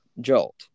Jolt